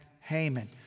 Haman